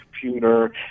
computer